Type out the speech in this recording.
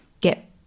get